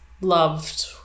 loved